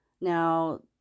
Now